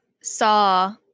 saw